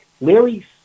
Larry